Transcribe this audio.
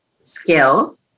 skill